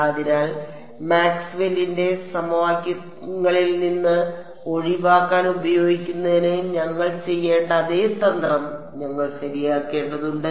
അതിനാൽ മാക്സ്വെല്ലിന്റെ സമവാക്യങ്ങളിൽ നിന്ന് ഒഴിവാക്കൽ ഉപയോഗിക്കുന്നതിന് ഞങ്ങൾ ചെയ്യേണ്ട അതേ തന്ത്രം ഞങ്ങൾ ശരിയാക്കേണ്ടതുണ്ട്